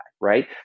right